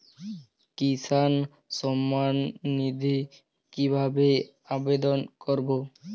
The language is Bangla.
কিষান সম্মাননিধি কিভাবে আবেদন করব?